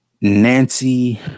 Nancy